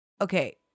okay